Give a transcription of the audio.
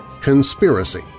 conspiracy